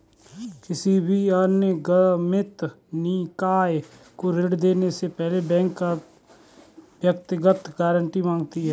किसी भी अनिगमित निकाय को ऋण देने से पहले बैंक व्यक्तिगत गारंटी माँगता है